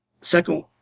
Second